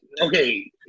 okay